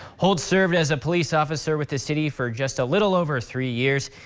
holte served as a police officer with the city for just a little over three years.